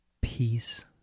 peace